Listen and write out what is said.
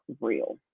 real